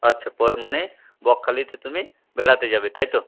আচ্ছা পরে মানে বকখালিতে তুমি বেড়াতে যাবে তাই তো